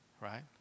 right